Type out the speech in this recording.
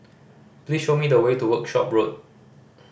please show me the way to Workshop Road